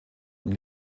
und